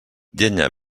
llenya